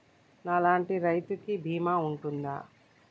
నా లాంటి రైతు కి బీమా ఉంటుందా?